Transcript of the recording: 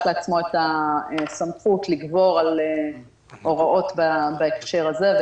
לעצמו את הסמכות לגבור על ההוראות בהקשר הזה.